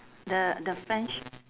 the the french